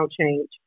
change